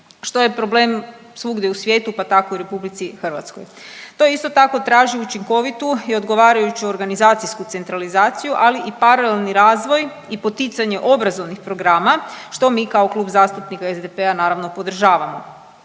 što je problem svugdje u svijetu, pa tako i u RH. To isto tako traži učinkovitu i odgovarajuću organizacijsku centralizaciju, ali i paralelni razvoj i poticanje obrazovnih programa, što mi kao Klub zastupnika SDP-a naravno podržavamo.